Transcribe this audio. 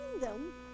kingdom